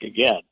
again